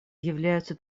являются